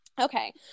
Okay